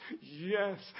yes